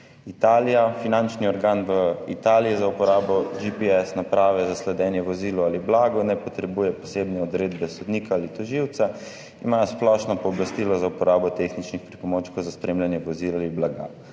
Italija – finančni organ v Italiji za uporabo GPS naprave za sledenje vozilu ali blagu ne potrebuje posebne odredbe sodnika ali tožilca, ima splošno pooblastilo za uporabo tehničnih pripomočkov za spremljanje vozil ali blaga.